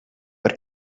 per